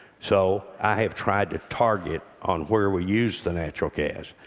so i have tried to target on where we use the natural gas.